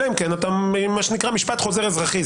אלא אם כן יש מה שנקרא משפט חוזר אזרחי.